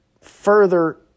further